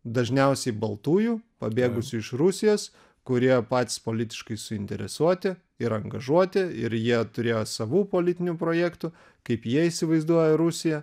dažniausiai baltųjų pabėgusių iš rusijos kurie patys politiškai suinteresuoti ir angažuoti ir jie turėjo savų politinių projektų kaip jie įsivaizduoja rusiją